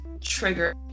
trigger